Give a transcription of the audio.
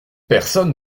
personne